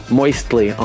moistly